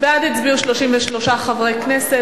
בעד הצביעו 33 חברי כנסת,